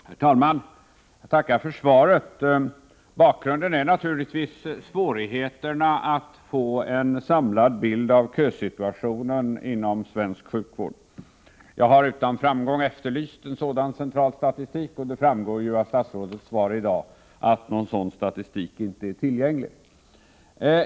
Herr talman! Jag tackar för svaret. Bakgrunden till frågan är naturligtvis svårigheterna att få en samlad bild av kösituationen inom svensk sjukvård. Jag har utan framgång efterlyst en sådan central statistik; det framgår av statsrådets svar i dag att någon sådan statistik inte är tillgänglig.